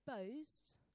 exposed